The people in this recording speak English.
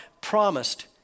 promised